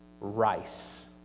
rice